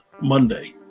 Monday